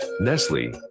Nestle